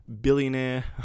billionaire